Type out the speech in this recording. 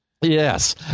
Yes